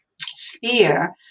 sphere